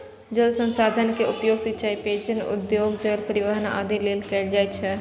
जल संसाधन के उपयोग सिंचाइ, पेयजल, उद्योग, जल परिवहन आदि लेल कैल जाइ छै